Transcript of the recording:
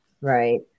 Right